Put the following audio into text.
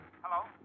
Hello